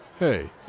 Hey